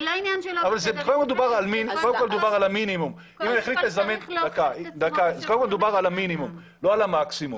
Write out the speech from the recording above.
קודם כל, דובר על המינימום ולא על המקסימום.